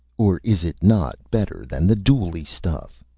or is it not, better than the dooley stuff?